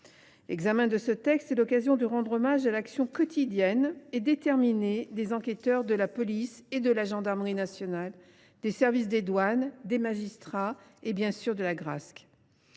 L’examen de ce texte est l’occasion de rendre hommage à l’action quotidienne et déterminée des enquêteurs de la police et de la gendarmerie nationales, des services des douanes, des magistrats, et bien sûr de l’Agrasc.